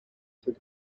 figure